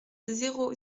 zéro